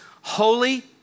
Holy